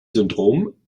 syndrom